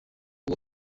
uwo